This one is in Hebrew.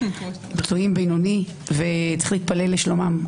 פצועים בינוני, וצריך להתפלל לשלומם.